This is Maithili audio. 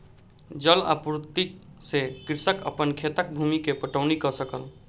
जलक आपूर्ति से कृषक अपन खेतक भूमि के पटौनी कअ सकल